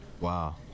Wow